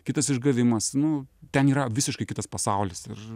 kitas išgavimas nu ten yra visiškai kitas pasaulis ir